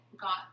got